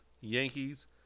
Yankees